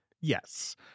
yes